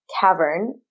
cavern